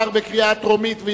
התשס"ט 2009,